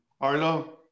Arlo